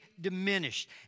diminished